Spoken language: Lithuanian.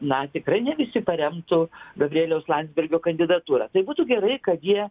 na tikrai ne visi paremtų gabrieliaus landsbergio kandidatūrą tai būtų gerai kad jie